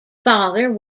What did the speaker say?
father